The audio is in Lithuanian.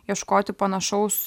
ieškoti panašaus